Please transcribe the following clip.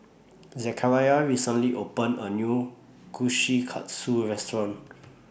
Zachariah recently opened A New Kushikatsu Restaurant